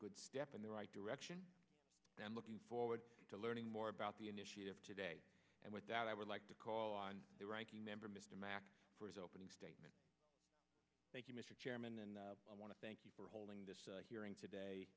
good step in the right direction and looking forward to learning more about the initiative today and with that i would like to call on the ranking member mr mack for his opening statement thank you mr chairman and i want to thank you for holding this hearing today